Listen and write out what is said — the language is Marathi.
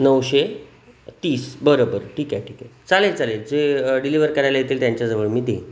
नऊशे तीस बरं बरं ठीक आहे ठीक आहे चालेल चालेल जे डिलेवर करायला येतील त्यांच्याजवळ मी देईन